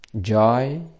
joy